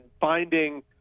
finding